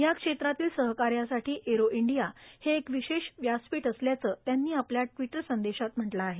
या क्षेत्रातील सहकाऱ्यासाठी एरो इंडिया हे एक विशेष व्यासपीठ असल्याचं त्यांनी आपल्या ट्वीट संदेशात म्हटलं आहे